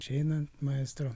išeinant maestro